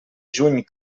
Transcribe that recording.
juny